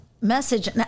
message